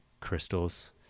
crystals